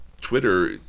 Twitter